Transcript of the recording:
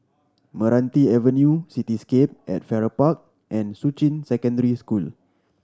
Meranti Avenue Cityscape at Farrer Park and Shuqun Secondary School